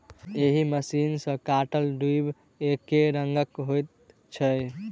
एहि मशीन सॅ काटल दुइब एकै रंगक होइत छै